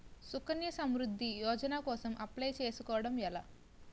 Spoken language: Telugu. సుకన్య సమృద్ధి యోజన కోసం అప్లయ్ చేసుకోవడం ఎలా?